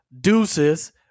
Deuces